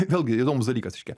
vėlgi įdomus dalykas reiškia